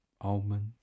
almonds